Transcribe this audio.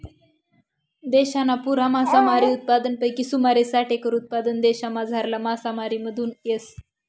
देशना पुरा मासामारी उत्पादनपैकी सुमारे साठ एकर उत्पादन देशमझारला मासामारीमाथून येस